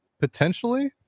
potentially